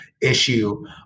issue